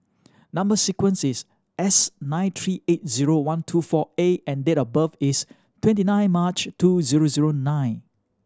number sequence is S nine three eight zero one two four A and date of birth is twenty nine March two zero zero nine